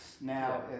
Now